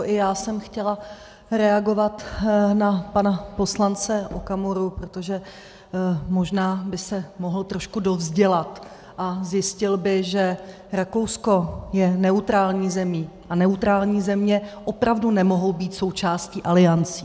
I já jsem chtěla reagovat na pana poslance Okamuru, protože možná by se mohl trošku dovzdělat a zjistil by, že Rakousko je neutrální zemí a neutrální země opravdu nemohou být součástí aliancí.